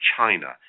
China